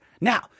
Now